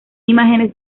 imágenes